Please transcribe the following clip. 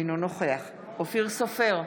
אינו נוכח אופיר סופר,